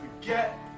forget